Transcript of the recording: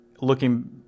looking